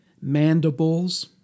mandibles